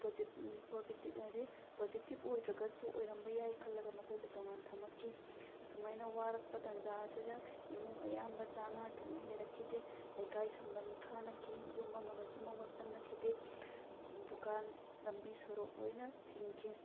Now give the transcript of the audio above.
ꯄꯣꯖꯤꯇꯤꯕ ꯑꯣꯏꯗ꯭ꯔꯒꯁꯨ ꯑꯣꯏꯔꯝꯕ ꯌꯥꯏ ꯈꯜꯂꯒ ꯃꯈꯣꯏꯕꯨ ꯇꯣꯉꯥꯟꯅ ꯊꯝꯃꯛꯈꯤ ꯑꯁꯨꯃꯥꯏꯅ ꯋꯥꯔꯛꯄ ꯇꯥꯟꯖꯥ ꯑꯁꯤꯗ ꯏꯃꯨꯡ ꯑꯌꯥꯝꯕ ꯆꯥꯅꯤꯉꯥꯏ ꯊꯛꯅꯤꯡꯉꯥꯏ ꯂꯩꯔꯛꯈꯤꯗꯦ ꯂꯩꯀꯥꯏ ꯁꯝꯕꯟ ꯈꯥꯅꯈꯤ ꯌꯨꯝ ꯑꯃꯒ ꯌꯨꯝ ꯑꯃꯒ ꯆꯪꯅꯈꯤꯗꯦ ꯗꯨꯀꯥꯟ ꯂꯝꯕꯤ ꯁꯣꯔꯣꯛ ꯂꯣꯏꯅ ꯊꯤꯡꯈꯤ